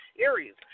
areas